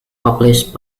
published